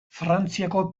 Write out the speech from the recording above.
frantziako